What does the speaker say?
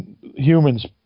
humans